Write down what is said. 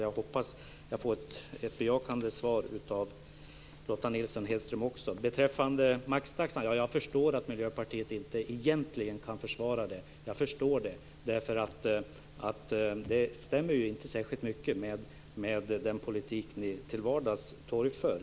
Jag hoppas att jag får ett bejakande svar av Lotta Nilsson Beträffande maxtaxan: Jag förstår att Miljöpartiet egentligen inte kan försvara den. Jag förstår det, därför att den stämmer ju inte särskilt mycket med den politik som ni till vardags torgför.